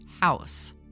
House